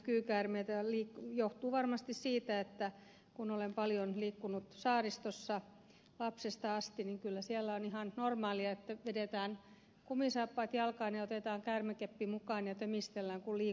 se johtuu varmasti siitä että kun olen paljon liikkunut saaristossa lapsesta asti niin kyllä siellä on ihan normaalia että vedetään kumisaappaat jalkaan ja otetaan käärmekeppi mukaan ja tömistellään kun liikutaan